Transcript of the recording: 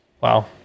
Wow